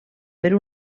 per